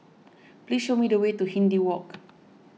please show me the way to Hindhede Walk